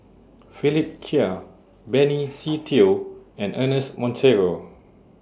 Philip Chia Benny Se Teo and Ernest Monteiro